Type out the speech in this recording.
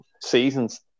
seasons